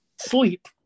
Sleep